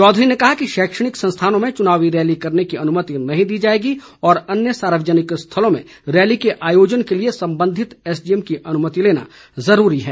चौधरी ने कहा कि शैक्षणिक संस्थानों में चुनावी रैली करने की अनुमति नहीं दी जाएगी और अन्य सार्वजनिक स्थलों में रैली के आयोजन के लिए संबंधित एसडीएम की अनुमति लेना जरूरी है